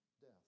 death